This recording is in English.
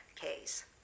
case